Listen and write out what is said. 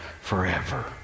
forever